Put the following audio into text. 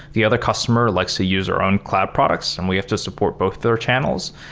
the other customer likes to use our own cloud products, and we have to support both their channels.